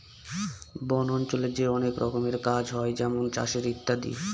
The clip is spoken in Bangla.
বন অঞ্চলে যে অনেক রকমের কাজ হয় যেমন চাষের ইত্যাদি